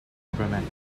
cabramatta